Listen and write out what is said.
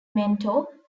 mentor